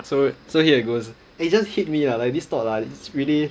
so so here it goes it just hit me lah like this thought lah it's really